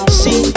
see